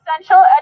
essential